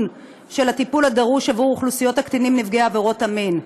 של הטיפול הדרוש עבור קטינים נפגעי עבירות מין.